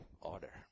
order